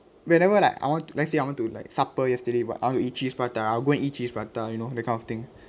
whenever like I want let's say I want to like supper yesterday but I want to eat cheese prata I'll go and eat cheese prata you know that kind of thing